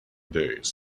days